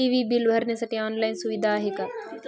TV bill भरण्यासाठी online सुविधा आहे का?